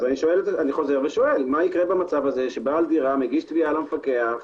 אני חוזר ושואל מה קורה במצב הזה שבעל דירה מגיש תביעה למפקח,